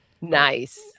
Nice